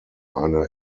eine